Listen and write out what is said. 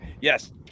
Yes